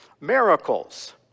miracles